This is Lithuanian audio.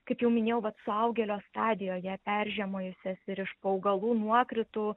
kaip jau minėjau vat suaugėlio stadijoje peržiemojusias ir iš po augalų nuokritų